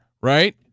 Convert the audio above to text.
right